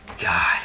God